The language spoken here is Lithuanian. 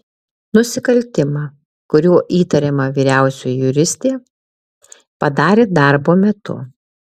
nusikaltimą kuriuo įtariama vyriausioji juristė padarė darbo metu